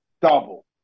double